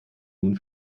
nun